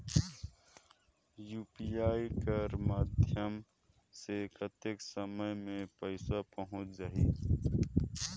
UPI कर माध्यम से कतेक समय मे पइसा पहुंच जाहि?